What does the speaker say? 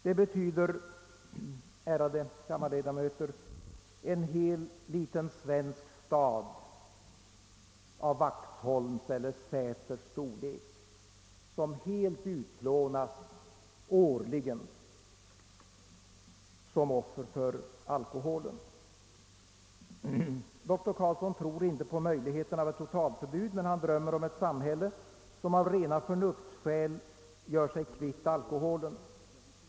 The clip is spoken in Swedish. Det betyder, ärade kammarledamöter, att lika många personer som motsvarar invånarantalet i en mindre svensk stad, av Vaxholms eller Säters storlek, årligen utplånas som offer för alkoholen. Doktor Carlsson tvivlar på möjligheten av ett totalförbud, men han drömmer om ett samhälle som av rena förnuftsskäl gör sig kvitt alkoholen.